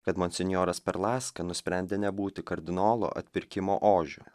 kad monsinjoras perlaska nusprendė nebūti kardinolo atpirkimo ožiu